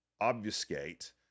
obfuscate